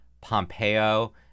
Pompeo